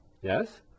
Yes